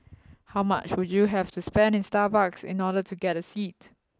how much would you have to spend in Starbucks in order to get a seat